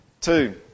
Two